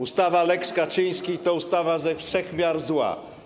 Ustawa lex Kaczyński to ustawa ze wszech miar zła.